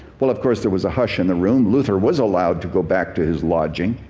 well, of course, there was a hush in the room. luther was allowed to go back to his lodging.